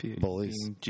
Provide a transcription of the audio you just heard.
bullies